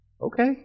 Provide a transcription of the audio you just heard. okay